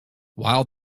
while